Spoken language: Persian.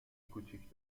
کوچیک